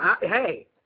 Hey